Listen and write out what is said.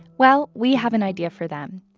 well, we have an idea for them.